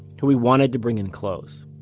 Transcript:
who he wanted to bring in close,